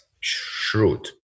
shrewd